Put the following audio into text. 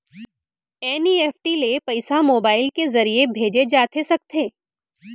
NEFT ले पइसा mobile के ज़रिए भेजे जाथे सकथे?